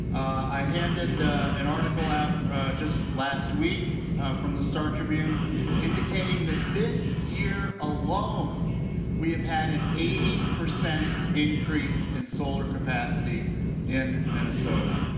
i handed an article out and just last week from the star tribune indicating that this year alone we have had an eighty percent increase in solar capacity in minnesota.